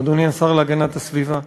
אדוני השר להגנת הסביבה,